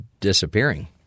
disappearing